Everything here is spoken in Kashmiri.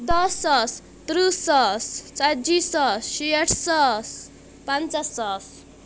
دہ ساس تٕرٕہ ساس ژتجی ساس شیٹھ ساس پنژہ ساس